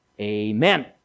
Amen